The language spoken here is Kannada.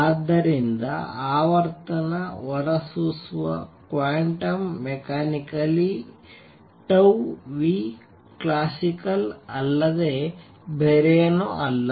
ಆದ್ದರಿಂದ ಆವರ್ತನ ಹೊರಸೂಸುವ ಕ್ವಾಂಟಮ್ ಮ್ಯಕ್ಯಾನಿಕಲಿ classical ಅಲ್ಲದೆ ಬೇರೇನಲ್ಲ